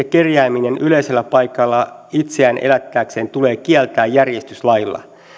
kerjääminen yleisellä paikalla itseään elättääkseen tulee kieltää järjestyslailla